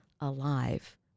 alive